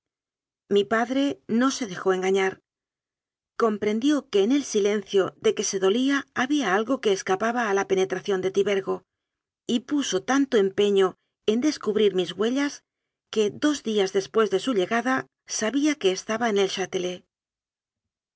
mi padre no se dejó engañar comprendió que en el silencio de que se dolía había algo que escapaba a la penetración de tibergo y puso tan to empeño en descubrir mis huellas que dos días después de su llegada sabía que estaba en el